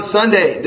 Sunday